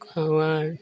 कौआ